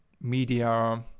media